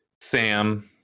Sam